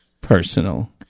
personal